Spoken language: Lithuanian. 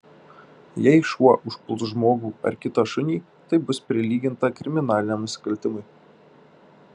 jei šuo užpuls žmogų ar kitą šunį tai bus prilyginta kriminaliniam nusikaltimui